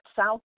South